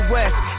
West